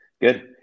Good